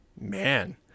Man